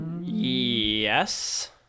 Yes